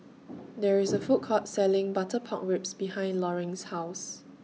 There IS A Food Court Selling Butter Pork Ribs behind Loring's House